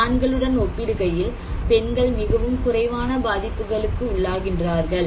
ஆண்களுடன் ஒப்பிடுகையில் பெண்கள் மிகவும் குறைவான பாதிப்புகளுக்கு உள்ளாகின்றார்கள்